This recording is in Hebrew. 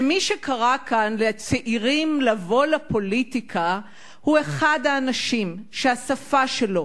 שמי שקרא כאן לצעירים לבוא לפוליטיקה הוא אחד האנשים שהשפה שלו,